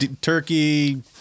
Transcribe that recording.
turkey